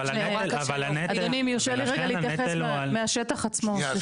אדוני, אם יורשה לי רגע להתייחס מהשטח עצמו.